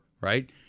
right